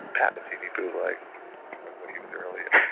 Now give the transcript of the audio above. pat would see me bootleg when when he was earlier.